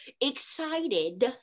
excited